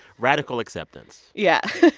radical acceptance yeah